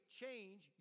change